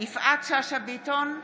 יפעת שאשא ביטון,